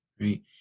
right